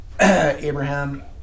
Abraham